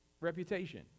reputation